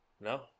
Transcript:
No